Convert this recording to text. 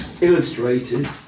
illustrated